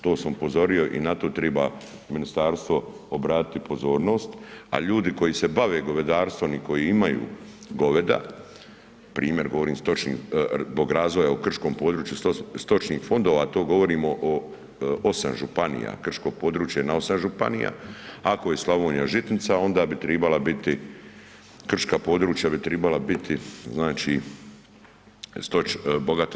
To sam upozorio i na to triba ministarstvo obratiti pozornost, a ljudi koji se bave gospodarstvom i koji imaju goveda, primjer govorim, stočnog razvoja u krškom području stočnih fondova to govorimo o 8 županija, krško područje je na 8 županija, ako je Slavonija žitnica onda bi tribala biti, krška područja bi tribala biti znači bogata